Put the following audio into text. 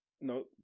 no